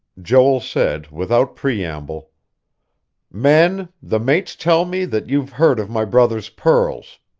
joel said, without preamble men, the mates tell me that you've heard of my brother's pearls.